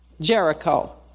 Jericho